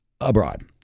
Abroad